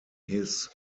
his